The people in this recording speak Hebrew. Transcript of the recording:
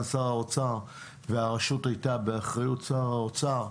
שר האוצר והרשות הייתה באחריות שר האוצר.